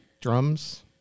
drums